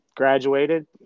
graduated